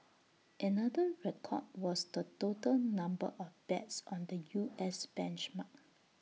another record was the total number of bets on the U S benchmark